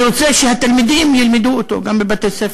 אני רוצה שהתלמידים ילמדו אותו גם בבתי-הספר,